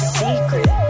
secret